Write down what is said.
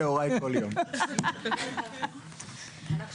והעברת חקיקה בעניין הזה,